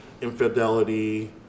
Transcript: infidelity